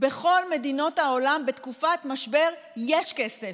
בכל מדינות העולם בתקופת משבר יש כסף.